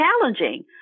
challenging